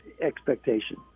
expectation